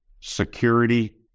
security